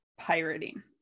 pirating